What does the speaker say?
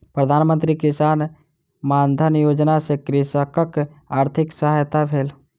प्रधान मंत्री किसान मानधन योजना सॅ कृषकक आर्थिक सहायता भेल